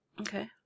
Okay